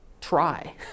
try